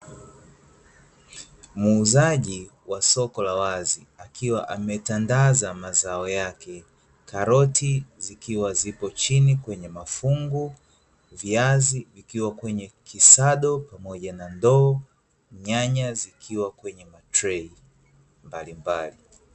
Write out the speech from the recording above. Muuzaji wa soko la wazi akiwa ametandaza mazao yake karoti zikiwa zipo chini kwenye mafungu, viazi vikiwa kwenye kisado na pamoja na ndoo, nyanya zikiwa kwenye matrei mbalimbali.